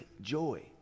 joy